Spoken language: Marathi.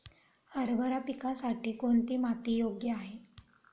हरभरा पिकासाठी कोणती माती योग्य आहे?